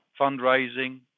fundraising